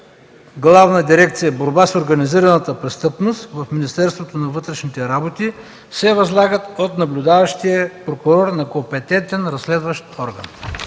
Главна дирекция „Борба с организираната престъпност“ в Министерството на вътрешните работи, се възлагат от наблюдаващия прокурор на компетентен разследващ орган.”